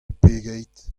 pegeit